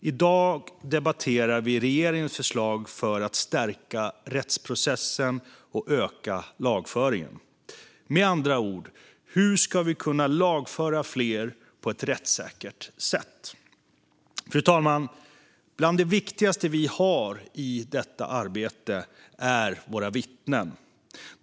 I dag debatterar vi regeringens förslag för att stärka rättsprocessen och öka lagföringen, med andra ord hur vi ska kunna lagföra fler på ett rättssäkert sätt. Fru talman! Bland det viktigaste vi har i detta arbete är våra vittnen.